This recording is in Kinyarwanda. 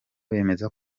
bemeza